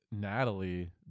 Natalie